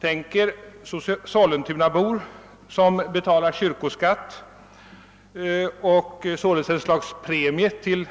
Tänk er Sollentunabor som betalar kyrkoskatt och sålunda ett slags premie till